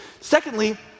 Secondly